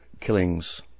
killings